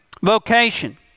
vocation